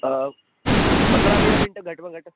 हा पंद्रहं वीह मिंट घटि में घटि